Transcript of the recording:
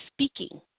speaking